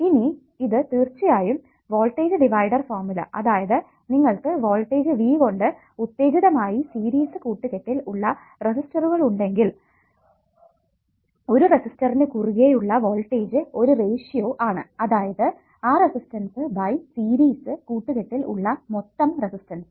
ഇനി ഇത് തീർച്ചയായും വോൾട്ടേജ് ഡിവൈഡർ ഫോർമുല അതായത് നിങ്ങൾക്ക് വോൾട്ടേജ് V കൊണ്ട് ഉത്തേജിതമായി സീരീസ് കൂട്ടുകെട്ടിൽ ഉള്ള റെസിസ്റ്ററുകൾ ഉണ്ടെങ്കിൽ ഒരു റെസിസ്റ്ററിനു കുറുകെ ഉള്ള വോൾട്ടേജ് ഒരു റെഷിയോ ആണ് അതായതു ആ റെസിസ്റ്റൻസ് ബൈ സീരിസ് കൂട്ടുകെട്ടിൽ ഉള്ള മൊത്തം റെസിസ്റ്റൻസ്